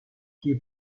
qui